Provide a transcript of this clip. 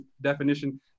definition